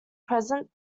present